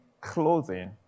clothing